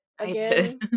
again